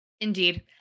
Indeed